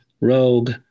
rogue